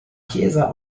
chiesa